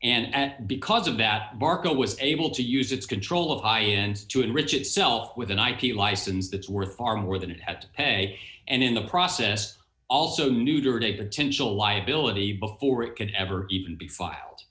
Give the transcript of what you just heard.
and because of that barco was able to use its control of high end to enrich itself with an i q license that's worth far more than it had to pay and in the process also neutered a potential liability before it could ever even be file